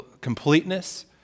completeness